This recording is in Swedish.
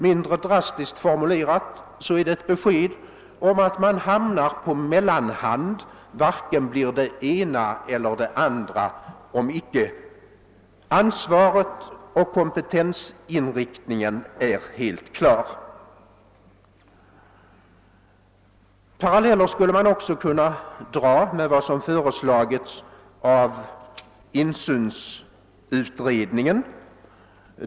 Mindre drastiskt formulerat är det ett besked om att man råkar på mellanhand och varken blir det ena eller det andra, om icke ansvaret och kompetensinriktningen är helt klar. Paralleller skulle också kunna dras med vad som föreslagits av insynsutredningen.